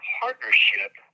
partnership